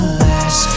last